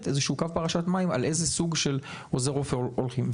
איזשהו קו פרשת מים על איזה סוג של עוזר רופא הולכים.